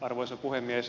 arvoisa puhemies